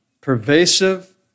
pervasive